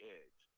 edge